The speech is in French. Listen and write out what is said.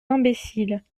imbéciles